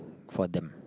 for them